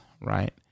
right